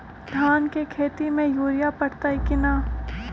धान के खेती में यूरिया परतइ कि न?